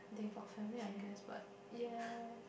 they got family I guess but yeah